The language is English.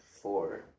four